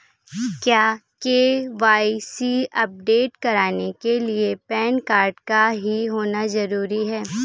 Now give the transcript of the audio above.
क्या KYC update कराने के लिए पैन कार्ड का ही होना जरूरी है?